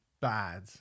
bad